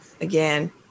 again